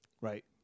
Right